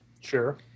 Sure